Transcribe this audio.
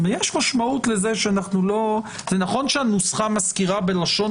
יש משמעות לזה נכון שהנוסחה מזכירה בלשונה